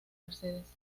mercedes